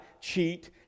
cheat